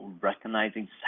recognizing